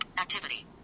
Activity